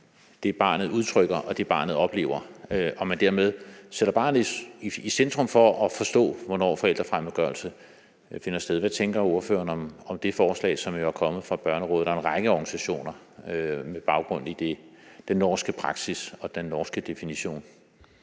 det, barnet udtrykker, og det, barnet oplever, og at man dermed sætter barnet i centrum for at kunne forstå, hvornår forældrefremmedgørelse finder sted. Hvad tænker ordføreren om det forslag, som jo er kommet fra Børnerådet og en række organisationer med baggrund i den norske praksis og den norske definition?